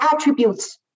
attributes